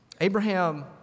Abraham